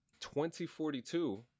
2042